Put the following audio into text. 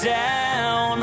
down